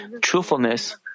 truthfulness